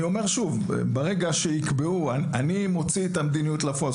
אני אומר שוב: אני מוציא את המדיניות לפועל,